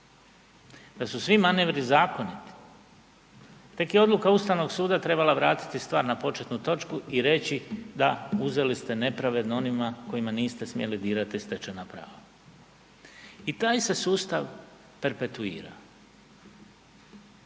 da su svi manevri zakoniti. Tek je odluka Ustavnog suda trebala vratiti stvar na početnu točku i reći da uzeli ste nepravedno onima kojima niste smjeli dirati stečena prava. I taj se sustav perpetuira.